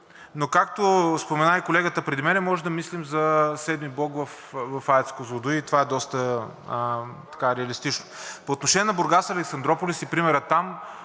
Но както спомена и колегата преди мен, може да мислим за VII блок в АЕЦ „Козлодуй“ и това е доста реалистично. По отношение на Бургас – Александруполис и примерът там.